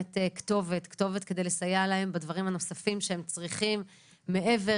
כתובת כתובת כדי לסייע להם בדברים הנוספים שהם צריכים מעבר